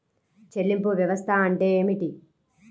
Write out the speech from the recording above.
చెల్లింపు వ్యవస్థ అంటే ఏమిటి?